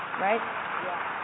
Right